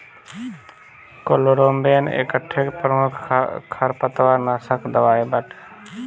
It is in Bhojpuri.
क्लोराम्बेन एकठे प्रमुख खरपतवारनाशक दवाई बाटे